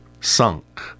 sunk